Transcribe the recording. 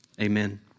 Amen